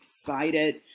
excited